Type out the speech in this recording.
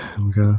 Okay